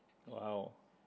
!wow!